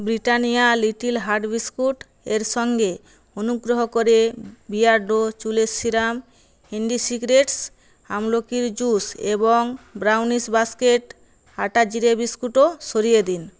Britannia little heart biscuit এর সঙ্গে অনুগ্রহ করে বিয়ার্ডো চুলের সিরাম ইণ্ডিসিক্রেটস আমলকির জুস এবং ব্রাউনিজ বাস্কেট আটার জিরে বিস্কুটও সরিয়ে দিন